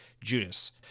Judas